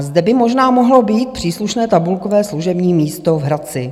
Zde by možná mohlo být příslušné tabulkové služební místo v Hradci.